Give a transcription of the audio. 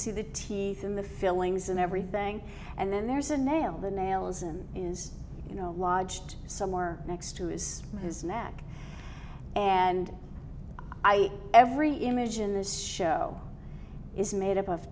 see the teeth and the fillings and everything and then there's a nail the nail isn't is you know watched some more next to his his neck and i every image in this show is made up of